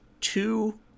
two